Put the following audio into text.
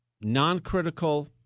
non-critical